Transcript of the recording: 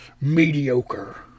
mediocre